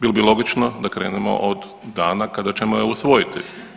Bilo bi logično da krenemo od dana kada ćemo je usvojiti.